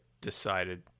decided